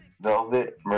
velvet